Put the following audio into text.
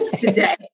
today